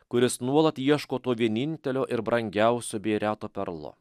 kuris nuolat ieško to vienintelio ir brangiausio bei reto perlo